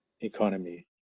economy